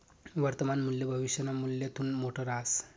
वर्तमान मूल्य भविष्यना मूल्यथून मोठं रहास